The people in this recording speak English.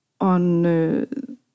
on